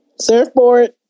Surfboard